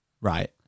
Right